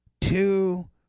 two